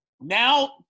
now